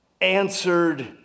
answered